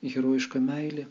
herojiška meilė